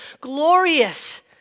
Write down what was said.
glorious